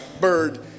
bird